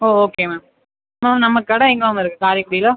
ஓ okay ma'am ma'am நம்ம கடை எங்கே மேம் இருக்குது காரைக்குடில